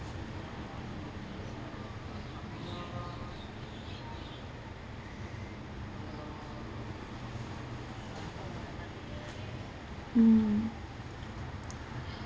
mm